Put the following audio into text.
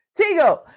Tigo